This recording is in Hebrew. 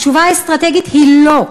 התשובה האסטרטגית היא: לא,